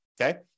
okay